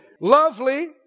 Lovely